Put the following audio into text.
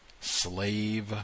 slave